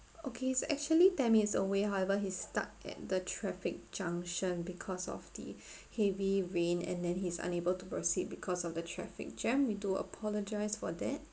okay it's actually ten minutes away however he's stuck at the traffic junction because of the heavy rain and then he's unable to proceed because of the traffic jam we do apologise for that